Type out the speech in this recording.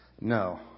No